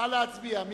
נא להצביע.